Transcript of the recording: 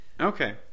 okay